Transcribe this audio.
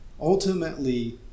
Ultimately